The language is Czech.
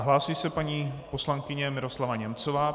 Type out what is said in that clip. Hlásí se paní poslankyně Miroslava Němcová.